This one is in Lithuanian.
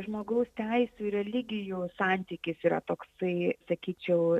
žmogaus teisių ir religijų santykis yra toksai sakyčiau